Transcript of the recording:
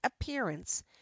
appearance